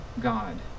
God